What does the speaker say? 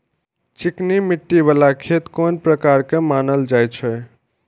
चिकनी मिट्टी बाला खेत कोन प्रकार के मानल जाय छै?